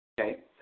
Okay